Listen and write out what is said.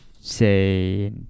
say